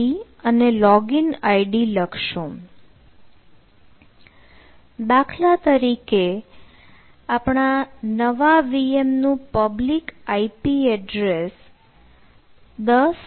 દાખલા તરીકે આપણા નવા VM નું પબ્લિક ip એડ્રેસ 10